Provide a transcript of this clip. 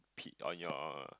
on your